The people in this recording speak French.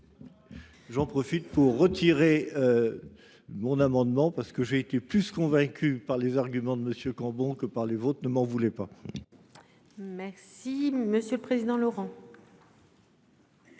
J'en profite pour retirer. Mon amendement parce que j'ai été plus convaincu par les arguments de Monsieur Cambon que par les votes ne m'en voulez pas. Merci monsieur le président, Laurent.